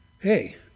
Hey